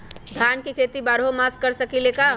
धान के खेती बारहों मास कर सकीले का?